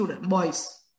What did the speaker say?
boys